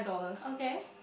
okay